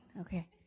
okay